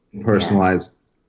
Personalized